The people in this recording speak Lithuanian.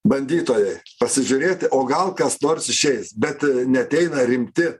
bandytojai pasižiūrėti o gal kas nors išeis bet neateina rimti